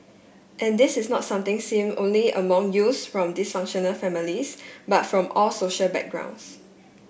and this is not something seen only among youth from dysfunctional families but from all social backgrounds